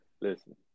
Listen